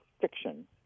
fiction